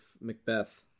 Macbeth